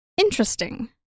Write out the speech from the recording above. interesting